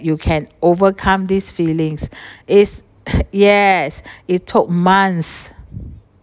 you can overcome these feelings is yes it took months